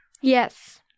Yes